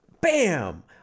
bam